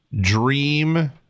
dream